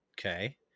Okay